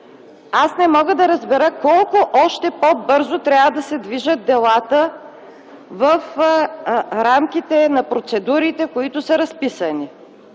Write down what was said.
аз не мога да разбера, колко още по-бързо трябва да се движат делата в рамките на процедурите, които са разписани?